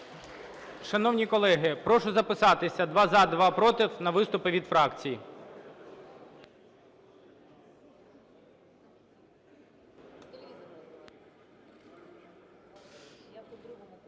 Шановні колеги, прошу записатися два – за, два – проти на виступи від фракцій.